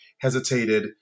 hesitated